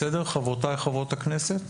בסדר חברותיי חברות הכנסת?